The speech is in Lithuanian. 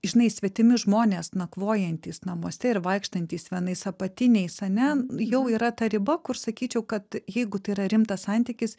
žinai svetimi žmonės nakvojantys namuose ir vaikštantys vienais apatiniais ane jau yra ta riba kur sakyčiau kad jeigu tai yra rimtas santykis